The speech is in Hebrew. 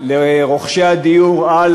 לרוכשי הדיור על